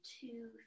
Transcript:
two